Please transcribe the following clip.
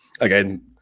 Again